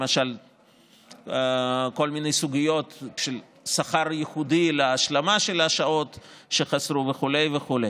למשל כל מיני סוגיות של שכר ייחודי להשלמה של השעות שחסרו וכו'.